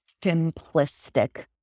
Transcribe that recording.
simplistic